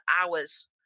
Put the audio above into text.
hours